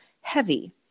heavy